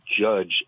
judge